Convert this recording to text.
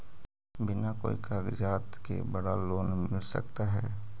बिना कोई जमानत के बड़ा लोन मिल सकता है?